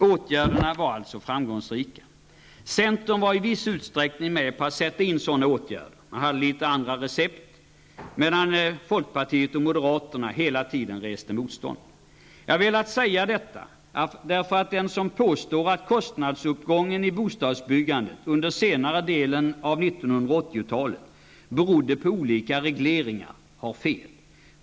Åtgärderna var alltså framgångsrika. Centern var i viss utsträckning med på att sätta in sådana åtgärder, men hade bara litet andra recept. Folkpartiet och moderaterna reste däremot hela tiden motstånd. Jag har velat säga detta därför att den som påstår att kostnadsuppgången i bostadsbyggandet under senare delen av 1980-talet berodde på olika regleringar har fel.